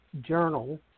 journal